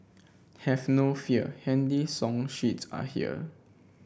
have no fear handy song sheets are here